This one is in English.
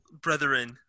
Brethren